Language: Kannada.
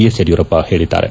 ಎಸ್ ಯಡಿಯೂರಪ್ಪ ಹೇಳಿದ್ದಾರೆ